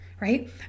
right